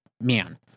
man